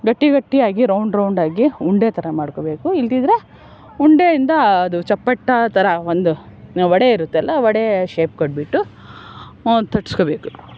ಗಟ್ಟಿ ಗಟ್ಟಿಯಾಗಿ ರೌಂಡ್ ರೌಂಡಾಗಿ ಉಂಡೆ ಥರ ಮಾಡ್ಕೋಬೇಕು ಇಲ್ಲದಿದ್ರೆ ಉಂಡೆಯಿಂದ ಅದು ಚಪ್ಪಟ್ಟಾ ಥರ ಒಂದು ವಡೆ ಇರುತ್ತಲ್ಲ ವಡೆ ಶೇಪ್ ಕೊಟ್ಬಿಟ್ಟು